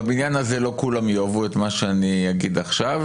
בבניין הזה לא כולם יאהבו את מה שאני אגיד עכשיו